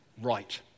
right